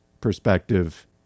perspective